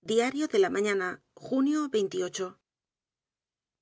diario de la mañana junio